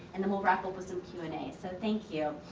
and then we'll wrap up with some q and a. so, thank you.